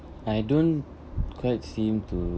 I don't quite seem to